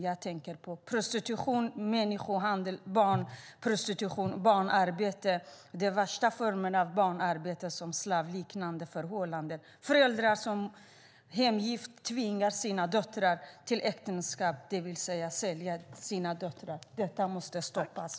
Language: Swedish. Jag tänker på prostitution, människohandel, barnprostitution och barnarbete under slavliknande förhållanden. Föräldrar tvingar sina döttrar till äktenskap för att få hemgift, det vill säga de säljer sina döttrar. Detta måste stoppas.